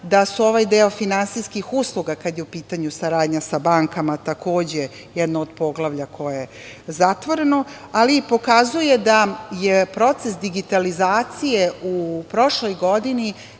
Da su ovaj deo finansijskih usluga kada je u pitanju saradnja sa bankama takođe jedno od poglavlja koje je zatvoreno, ali i pokazuje da je proces digitalizacije u prošloj godini